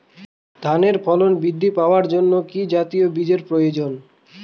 ধানে ফলন বৃদ্ধি পাওয়ার জন্য কি জাতীয় বীজের প্রয়োজন?